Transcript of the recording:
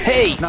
Hey